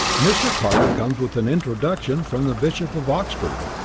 mr. carter comes with an introduction from the bishop of oxford.